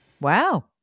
Wow